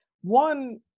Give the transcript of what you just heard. one